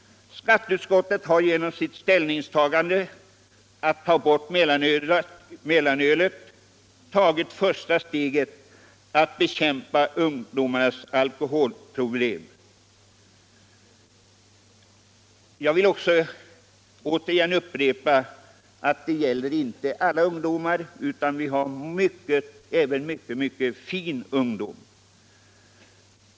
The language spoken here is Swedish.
Skatteutskottet har genom sitt ställningstagande att mellanölet skall försvinna tagit första steget för att bekämpa ungdomarnas alkoholproblem. Men jag vill upprepa att inte alla ungdomar har sådana problem. Det finns också fin ungdom.